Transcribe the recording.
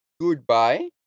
goodbye